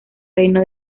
reino